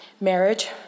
Marriage